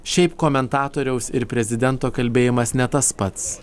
šiaip komentatoriaus ir prezidento kalbėjimas ne tas pats